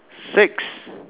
six